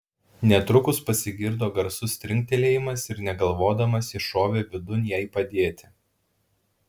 netrukus pasigirdo garsus trinktelėjimas ir negalvodamas jis šovė vidun jai padėti